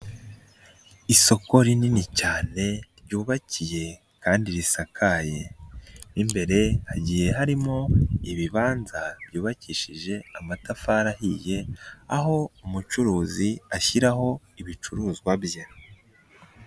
Isoko rinini cyane ryubakiye kandi risakaye mu imbere hagiye harimo ibibanza byubakishije amatafari ahiye aho umucuruzi ashyiraho ibicuruzwa bye.